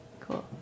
Cool